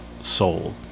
soul